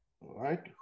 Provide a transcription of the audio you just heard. right